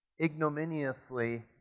ignominiously